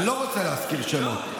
אני לא רוצה להזכיר שמות.